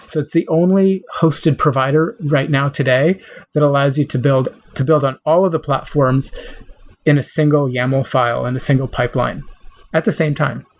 the only hosted provider right now today that allows you to build to build on all of the platforms in a single yaml file and a single pipeline at the same time.